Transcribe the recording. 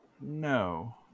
no